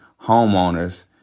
homeowners